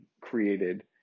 created